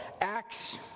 Acts